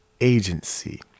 agency